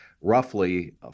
roughly